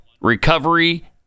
recovery